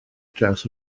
draws